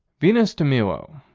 venus de milo.